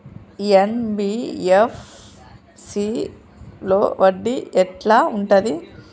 NBFC లో వడ్డీ ఎట్లా ఉంటది?